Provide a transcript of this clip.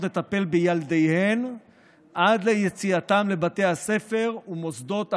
לטפל בילדיהן עד ליציאתם לבתי הספר ומוסדות החינוך.